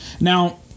Now